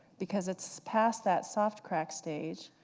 because it's past that soft crack stage.